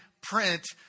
print